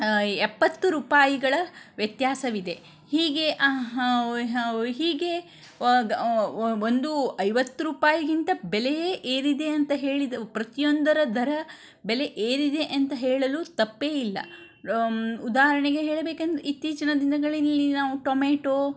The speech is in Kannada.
ಎಪ್ಪತ್ತು ರೂಪಾಯಿಗಳ ವ್ಯತ್ಯಾಸವಿದೆ ಹೀಗೆ ಹೀಗೆ ವಾದ ಒಂದು ಐವತ್ತು ರೂಪಾಯಿಗಿಂತ ಬೆಲೆಯೇ ಏರಿದೆ ಅಂತ ಹೇಳಿದೆವು ಪ್ರತಿಯೊಂದರ ದರ ಬೆಲೆ ಏರಿದೆ ಅಂತ ಹೇಳಲು ತಪ್ಪೇ ಇಲ್ಲ ಉದಾಹರಣೆಗೆ ಹೇಳಬೇಕೆಂದರೆ ಇತ್ತೀಚಿನ ದಿನಗಳಲ್ಲಿ ನಾವು ಟೊಮೇಟೊ